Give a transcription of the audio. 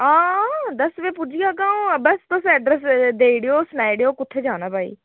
हां दस्स बजे पुज्जी जाह्गा अऊ बस तुस ऐड्रेस देई ओड़ेओ सनाई ओड़ेओ कुत्थै जाना भाई